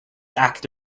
act